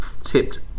tipped